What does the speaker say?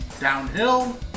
downhill